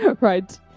Right